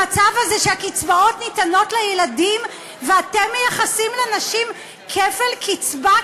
המצב הזה שהקצבאות ניתנות לילדים ואתם מייחסים לנשים כפל קצבה,